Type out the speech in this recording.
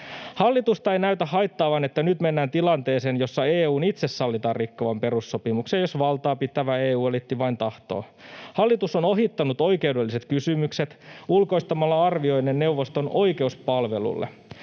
Hallitusta ei näytä haittaavan, että nyt mennään tilanteeseen, jossa EU:n itse sallitaan rikkovan perussopimuksia, jos valtaa pitävä EU-eliitti vain tahtoo. Hallitus on ohittanut oikeudelliset kysymykset ulkoistamalla arvioinnin neuvoston oikeuspalvelulle.